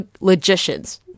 logicians